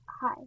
Hi